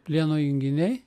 plieno junginiai